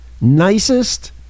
nicest